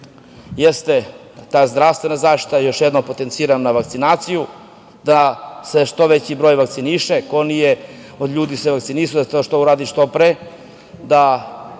jeste ta zdravstvena zaštita. Još jednom potenciram na vakcinaciju, da se što veći broj vakciniše. Ko se nije od ljudi vakcinisao da to uradi što pre da